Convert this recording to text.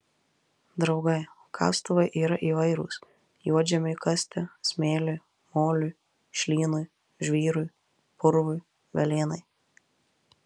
draugai kastuvai yra įvairūs juodžemiui kasti smėliui moliui šlynui žvyrui purvui velėnai